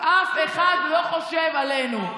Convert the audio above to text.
אף אחד לא חושב עלינו.